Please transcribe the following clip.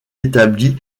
établi